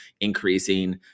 increasing